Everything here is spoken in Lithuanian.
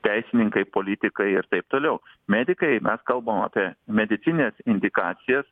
teisininkai politikai ir taip toliau medikai mes kalbam apie medicinines indikacijas